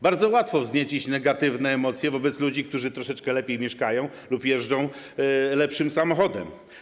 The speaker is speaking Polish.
Bardzo łatwo wzniecić negatywne emocje wobec ludzi, którzy troszeczkę lepiej mieszkają lub jeżdżą lepszym samochodem.